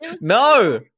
no